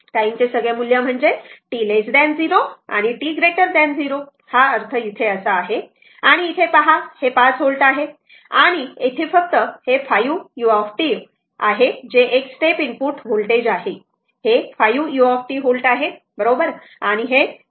टाइमचे सगळे मूल्ये म्हणजे t 0 आणि t 0 हा अर्थ आहे आणि येथे पहा हे 5 व्होल्ट आहे आणि येथे फक्त 5 u आहे जे एक स्टेप इनपुट व्होल्टेज आहे हे 5 u व्होल्ट आहे बरोबर आणि हे 0